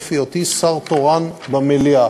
בתוקף היותי שר תורן במליאה.